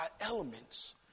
elements